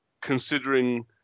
considering